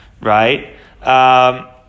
right